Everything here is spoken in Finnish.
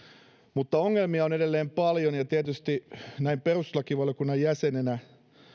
mutta ongelmia on edelleen paljon ja tietysti näin perustuslakivaliokunnan jäsenenä